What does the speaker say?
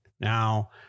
Now